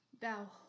thou